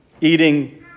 eating